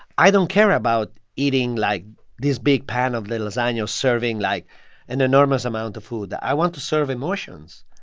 i don't care about eating like this big pan of lasagna or serving like an enormous amount of food. i want to serve emotions.